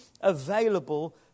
available